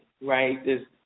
right